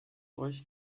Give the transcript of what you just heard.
euch